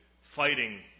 fighting